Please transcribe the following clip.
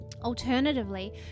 Alternatively